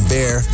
Bear